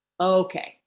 okay